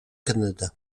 canada